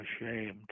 ashamed